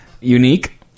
unique